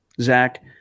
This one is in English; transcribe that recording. Zach